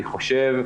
אני חושב,